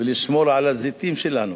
ולשמור על הזיתים שלנו.